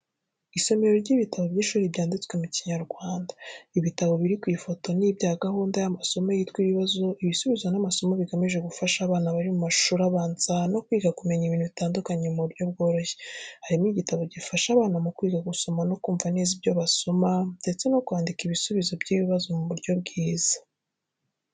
Isomero ry'ibitabo by’ishuri byanditswe mu Kinyarwanda. Ibitabo biri ku ifoto ni ibya gahunda y’amasomo yitwa ibibazo, ibisubizo n’amasomo bigamije gufasha abana mu mashuri abanza kwiga no kumenya ibintu bitandukanye mu buryo bworoshye. Harimo gitabo gifasha abana mu kwiga gusoma no kumva neza ibyo basoma, ndetse no kwandika ibisubizo by’ibibazo mu buryo bwiza.